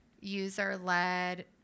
user-led